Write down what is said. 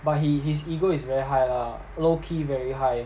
but he his ego is very high lah low key very high